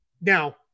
Now